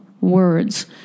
words